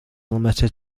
limited